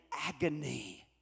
agony